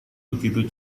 begitu